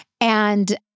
and-